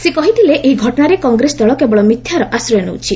ସେ କହିଥିଲେ ଏହି ଘଟଣାରେ କଂଗ୍ରେସ ଦଳ କେବଳ ମିଥ୍ୟାର ଆଶ୍ରୟ ନେଉଛି